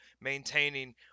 maintaining